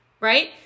right